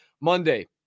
monday